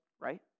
right